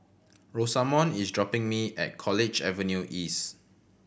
Rosamond is dropping me at College Avenue East